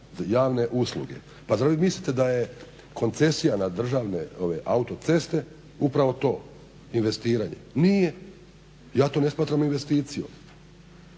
javne usluge. Pa zar vi mislite da je koncesija na državne autoceste upravo to investiranje? Nije. Ja to ne smatram investicijom